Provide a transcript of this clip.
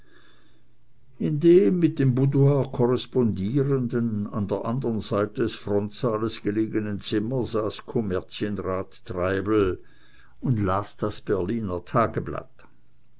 dem mit dem boudoir korrespondierenden an der andern seite des frontsaales gelegenen zimmer saß kommerzienrat treibel und las das berliner tageblatt